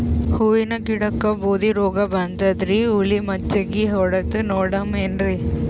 ಹೂವಿನ ಗಿಡಕ್ಕ ಬೂದಿ ರೋಗಬಂದದರಿ, ಹುಳಿ ಮಜ್ಜಗಿ ಹೊಡದು ನೋಡಮ ಏನ್ರೀ?